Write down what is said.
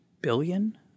billion